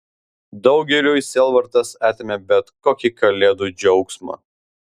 daugeliui sielvartas atėmė bet kokį kalėdų džiaugsmą